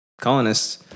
colonists